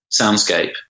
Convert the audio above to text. soundscape